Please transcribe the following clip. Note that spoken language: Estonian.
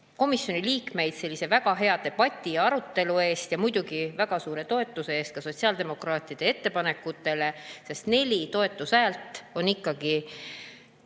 komisjoni liikmeid väga hea debati eest ja muidugi väga suure toetuse eest ka sotsiaaldemokraatide ettepanekutele, sest neli toetushäält on ikkagi